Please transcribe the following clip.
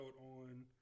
on